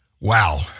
Wow